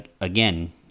Again